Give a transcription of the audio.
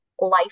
life